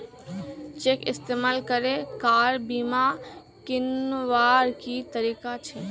Cheque इस्तेमाल करे car बीमा कीन्वार की तरीका छे?